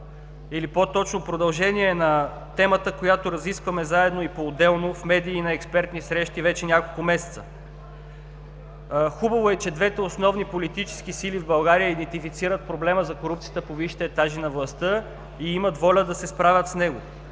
или по-точно продължение на темата, която разискваме заедно и поотделно в медии и на експертни срещи вече няколко месеца. Хубаво е, че двете основни политически сили в България идентифицират проблема по висшите етажи на властта и имат воля да се справят с него.